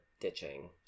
ditching